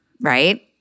right